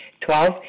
Twelve